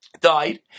died